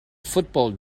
football